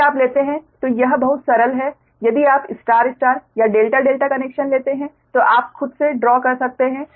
यदि आप लेते हैं तो यह बहुत सरल है यदि आप स्टार स्टार या डेल्टा डेल्टा कनेक्शन लेते हैं तो आप खुद से ड्रा कर सकते हैं